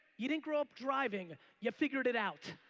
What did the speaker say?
you didn't grow up driving, you figured it out.